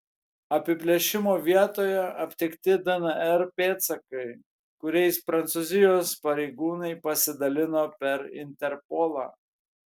apiplėšimo vietoje aptikti dnr pėdsakai kuriais prancūzijos pareigūnai pasidalino per interpolą